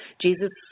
Jesus